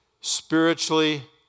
spiritually